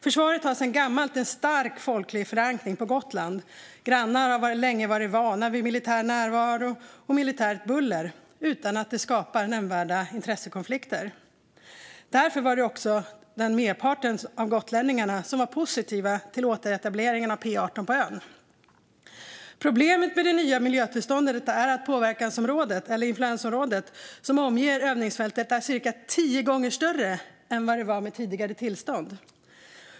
Försvaret har sedan gammalt en stark folklig förankring på Gotland. Grannar har länge varit vana vid militär närvaro och militärt buller utan att det skapar nämnvärda intressekonflikter. Därför var också merparten av gotlänningarna positiva till återetableringen av P 18 på ön. Problemet med det nya miljötillståndet är att påverkansområdet, eller influensområdet, som omger övningsfältet är cirka tio gånger större än det var med tidigare tillstånd.